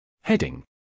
Heading